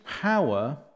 power